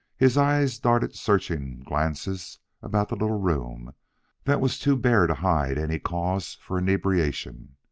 his eyes darted searching glances about the little room that was too bare to hide any cause for inebriation.